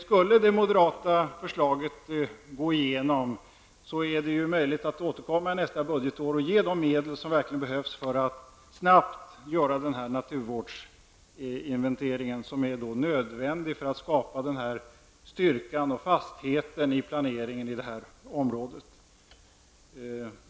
Skulle det moderata förslaget gå igenom är det möjligt att återkomma nästa budgetår och ge de medel som verkligen behövs för att snabbt genomföra denna naturvårdsinventering, som är nödvändig för att skapa styrka och fasthet i planeringen i det här området.